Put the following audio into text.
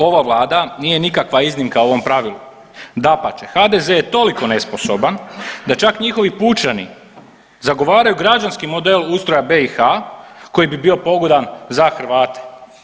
Ova vlada nije nikakva iznimka u ovom pravilu, dapače HDZ je toliko nesposoban da čak njihovi pučani zagovaraju građanski model ustroja BiH koji bi bio pogodan za Hrvate.